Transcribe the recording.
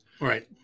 right